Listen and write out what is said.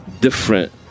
different